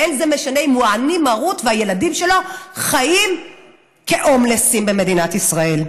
ואין זה משנה אם הוא עני מרוד והילדים שלו חיים כהומלסים במדינת ישראל.